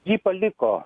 jį paliko